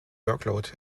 workload